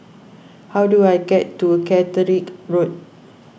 how do I get to Catterick Road